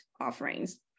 offerings